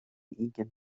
ugain